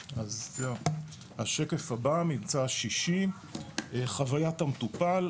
השקף הבא, ממצא השישים חוויית המטופל.